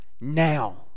now